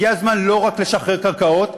הגיע הזמן לא רק לשחרר קרקעות,